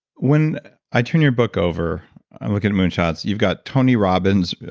when i turn your book over and looking at moonshots, you've got tony robbins,